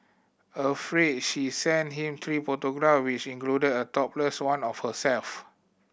afraid she sent him three photograph which included a topless one of herself